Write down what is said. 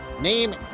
Name